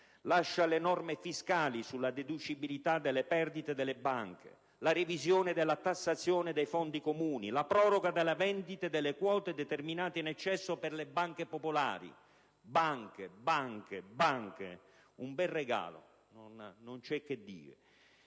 bancari, le norme fiscali sulla deducibilità delle perdite delle banche, la revisione della tassazione dei fondi comuni, la proroga delle vendite delle quote determinate in eccesso per le banche popolari. Banche, banche, banche! Un bel regalo, non c'è che dire!